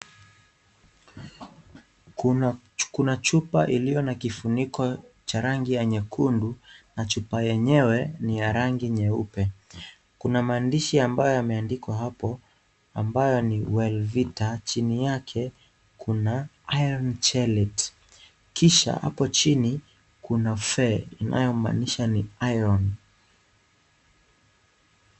Kuna chupa iliyo na kifuniko cha rangi ya nyekundu na chupa yenyewe ni ya rangi nyeupe. Kuna maandishi ambayo yamendikwa hapo ambayo ni Wellvita. Chini yake kuna IRON CHELATE . Kisha hapo chini kuna 'Fe' inayomaanisha ni iron .